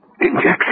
Injection